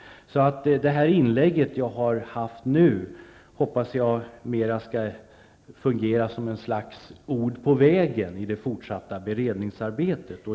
Så det här inlägget jag gör nu hoppas jag mera skall fungera som ett slags ord på vägen i det fortsatta beredningsarbetet.